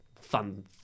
fun